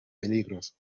peligros